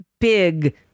big